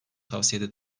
tavsiyede